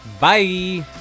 Bye